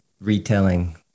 retelling